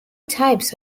types